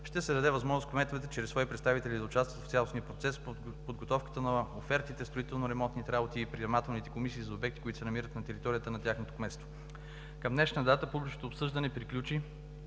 ще се даде възможност кметовете чрез свои представители да участват в цялостния процес по подготовката на офертите, строително-ремонтните работи и приемателните комисии за обекти, които се намират на територията на кметството. Към днешна дата публичното обсъждане приключи